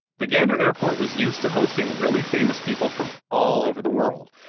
the gander airport was used to hosting really famous people from all over the world.